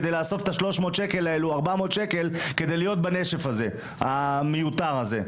כדי לאסוף את ה- 300-400 ש"ח כדי להיות בנשף המיותר הזה.